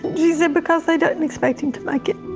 she said because they didn't expect him to make it.